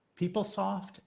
PeopleSoft